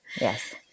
Yes